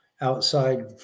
outside